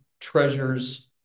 treasures